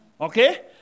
Okay